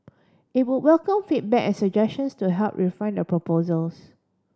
it would welcome feedback and suggestions to help refine the proposals